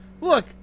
look